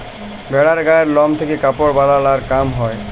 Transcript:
ভেড়ার গায়ের লম থেক্যে কাপড় বালাই আর কাম হ্যয়